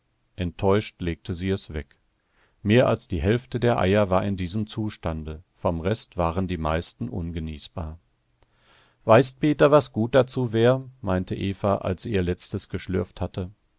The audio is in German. enttäuscht legte sie es weg mehr als die hälfte der eier war in diesem zustande vom rest waren die meisten ungenießbar weißt peter was dazu gut wär meinte eva als sie ihr letztes geschlürft hatte